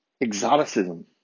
exoticism